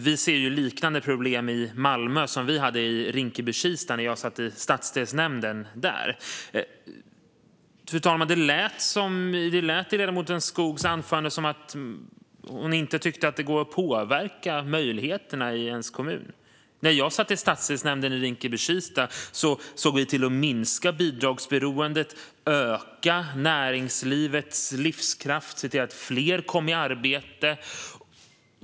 Man kan se liknande problem i Malmö som vi hade i Rinkeby-Kista när jag satt i stadsdelsnämnden där. Det lät i ledamoten Skogs anförande som att hon inte tycker att det går att påverka möjligheterna i ens kommun, fru talman, men när jag satt i stadsdelsnämnden i Rinkeby-Kista såg vi till att minska bidragsberoendet, öka näringslivets livskraft och få fler att komma i arbete.